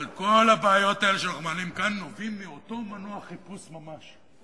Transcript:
אבל כל הבעיות האלה שאנחנו מעלים כאן נובעות מאותו מנוע חיפוש ממש.